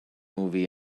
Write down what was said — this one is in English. movie